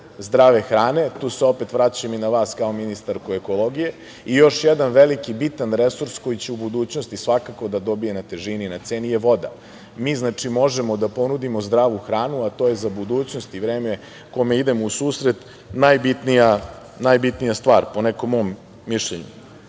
zdrave hrane. Tu se opet vraćam i na vas kao ministarku ekologije. I još jedan veliki bitan resurs koji će u budućnosti svakako da dobije na težini i na ceni je voda. Znači, mi možemo da ponudimo zdravu hranu, a to je za budućnost i vreme kome idemo u susret najbitnija stvar, po nekom mom mišljenju. Kada